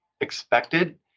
expected